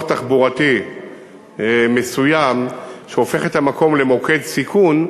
תחבורתי מסוים שהופך את המקום למוקד סיכון,